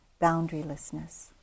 boundarylessness